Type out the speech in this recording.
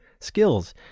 skills